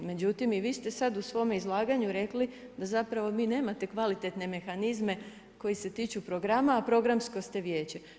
Međutim, i vi ste sad u svome izlaganju rekli, da zapravo vi nemate kvalitetne mehanizme, koje se tiču programa, a programsko ste vijeće.